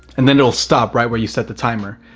and then it will stop right where you set the timer.